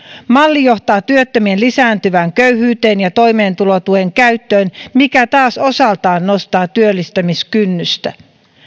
malli johtaa työttömien lisääntyvään köyhyyteen ja toimeentulotuen käyttöön mikä taas osaltaan nostaa työllistymiskynnystä